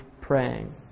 praying